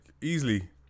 easily